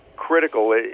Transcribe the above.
critical